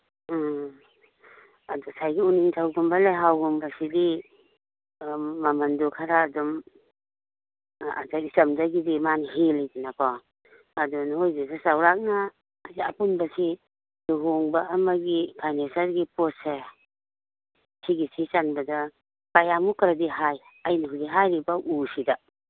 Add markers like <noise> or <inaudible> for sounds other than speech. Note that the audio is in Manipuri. ꯎꯝ ꯑꯗꯨ ꯁꯤꯗꯒꯤ ꯎꯅꯤꯡꯊꯧꯒꯨꯝꯕ ꯂꯩꯍꯥꯎꯒꯨꯝꯕꯁꯤꯗꯤ ꯃꯃꯟꯗꯨ ꯈꯔ ꯑꯗꯨꯝ <unintelligible> ꯃꯥꯅ ꯍꯦꯜꯂꯤꯗꯅꯀꯣ ꯑꯗꯨꯅ ꯅꯣꯏꯗꯨꯁꯨ ꯆꯧꯔꯥꯛꯅ ꯑꯄꯨꯟꯕꯁꯤ ꯂꯨꯍꯣꯡꯕ ꯑꯃꯒꯤ ꯐꯔꯅꯤꯆꯔꯒꯤ ꯄꯣꯠꯁꯦ ꯁꯤꯒꯤ ꯁꯤ ꯆꯟꯕꯗ ꯀꯌꯥꯃꯨꯛꯀꯗꯤ ꯍꯥꯏ ꯑꯩꯅ ꯍꯧꯖꯤꯛ ꯍꯥꯏꯔꯤꯕ ꯎꯁꯤꯗ